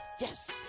Yes